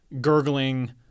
gurgling